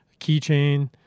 keychain